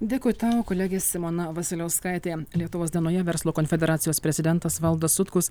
dėkui tau kolegė simona vasiliauskaitė lietuvos dienoje verslo konfederacijos prezidentas valdas sutkus